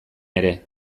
ere